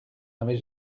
avez